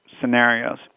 scenarios